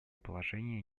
положение